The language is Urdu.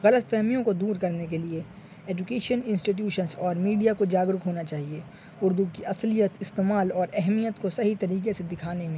غلط فہمیوں کو دور کرنے کے لیے ایجوکیشن انسٹیٹیوشنس اور میڈیا کو جاگرک ہونا چاہیے اردو کی اصلیت استعمال اور اہمیت کو صحیح طریقے سے دکھانے میں